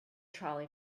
trolley